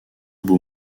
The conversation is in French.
beau